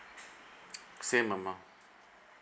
same amount